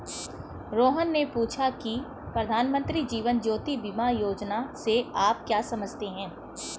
रोहन ने पूछा की प्रधानमंत्री जीवन ज्योति बीमा योजना से आप क्या समझते हैं?